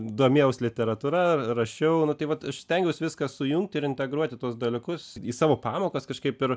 domėjaus literatūra rašiau nu tai vat aš stengiaus viską sujungti ir integruoti tuos dalykus į savo pamokas kažkaip ir